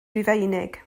rufeinig